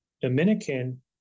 Dominican